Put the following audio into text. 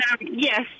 Yes